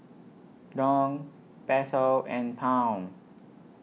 Dong Peso and Pound